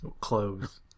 Clothes